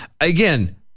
again